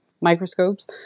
microscopes